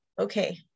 okay